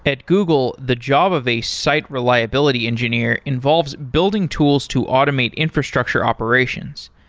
at google, the job of a site reliability engineer involves building tools to automate infrastructure operations.